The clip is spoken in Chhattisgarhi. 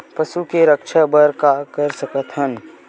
पशु के रक्षा बर का कर सकत हन?